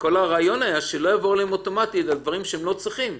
כל הרעיון היה שלא יבואו אליהם אוטומטית על דברים שהם לא צריכים.